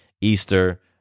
Easter